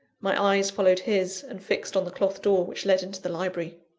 my eyes followed his, and fixed on the cloth door which led into the library.